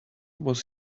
was